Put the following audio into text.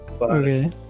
Okay